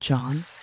John